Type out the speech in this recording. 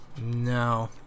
No